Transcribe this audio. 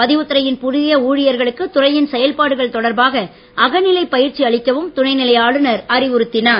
பதிவுத்துறையின் புதிய ஊழியர்களுக்கு துறையின் செயல்பாடுகள் தொடர்பாக அகநிலை பயிற்சி அளிக்கவும் துணைநிலை ஆளுநர் அறிவுறுத்தினார்